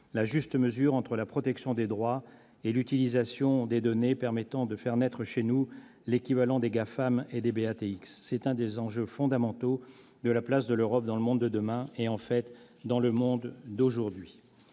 la juste mesure entre la protection des droits et l'utilisation des données permettant de faire naître chez nous l'équivalent des GAFAM et des BATX ? C'est l'un des enjeux fondamentaux de la place de l'Europe dans le monde de demain et, en fait, dans le monde d'aujourd'hui.